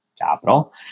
capital